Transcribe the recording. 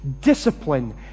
discipline